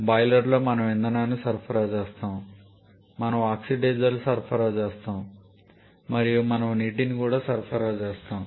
బాయిలర్లో మనము ఇంధనాన్ని సరఫరా చేస్తాము మనము ఆక్సిడైజర్ను సరఫరా చేస్తాము మరియు మనము నీటిని కూడా సరఫరా చేస్తాము